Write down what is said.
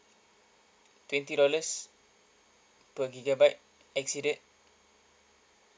twenty dollars per gigabyte exceeded